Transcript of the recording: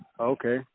Okay